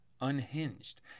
unhinged